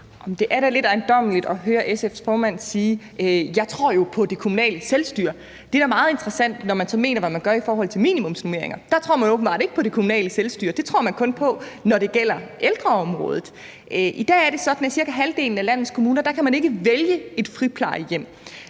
Det er da lidt ejendommeligt at høre SF's formand sige: Jeg tror jo på det kommunale selvstyre. Det er da meget interessant, når man så mener, hvad man gør, i forhold til minimumsnormeringer. Der tror man åbenbart ikke på det kommunale selvstyre. Det tror man kun på, når det gælder ældreområdet. I dag er det sådan, at man i cirka halvdelen af landets kommuner ikke kan vælge et friplejehjem.